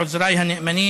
לעוזריי הנאמנים,